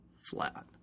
flat